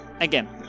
again